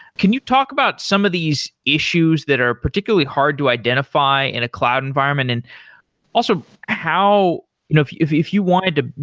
can you talk about some of these issues that are particularly hard to identify in a cloud environment, and also how if if you wanted to,